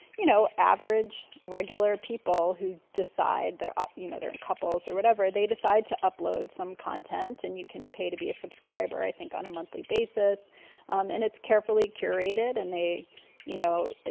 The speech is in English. you know, average regular people who decide they're ah you know, they're in couples or whatever. they decide to upload some content and you can pay to be a subscriber. i think on a monthly basis um and it's carefully curated and they you know,